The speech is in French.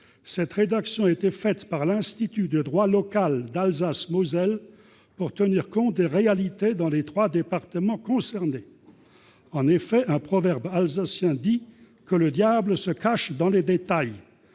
Cette dernière a été imaginée par l'Institut de droit local alsacien-mosellan, pour tenir compte des réalités dans les trois départements concernés. Selon un proverbe alsacien, le diable se cache dans les détails.